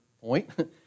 point